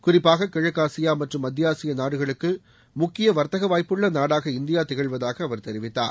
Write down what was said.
குறிப்பாக கிழக்கு ஆசியா மற்றும் மத்திய ஆசிய நாடுகளுக்கு முக்கிய வர்த்தக வாய்ப்புள்ள நாடாக இந்தியா திகழ்வதாக அவர் தெரிவித்தார்